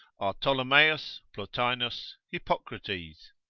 are ptolomaeus, plotinus, hippocrates.